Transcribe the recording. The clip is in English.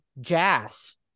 Jazz